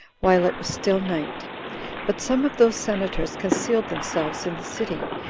while it was still night but some of those senators concealed themselves in the city,